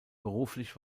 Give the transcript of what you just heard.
beruflich